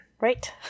right